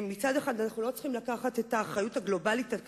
מצד אחד אנחנו לא צריכים לקחת את האחריות הגלובלית על כתפינו,